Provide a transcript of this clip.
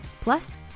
plus